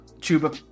Tuba